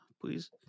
please